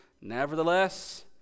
nevertheless